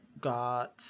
Got